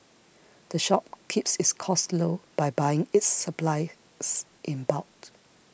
the shop keeps its costs low by buying its supplies in bulk